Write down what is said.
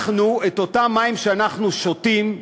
את אותם מים שאנחנו שותים,